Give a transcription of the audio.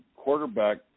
quarterback